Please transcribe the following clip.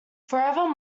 forever